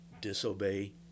Disobey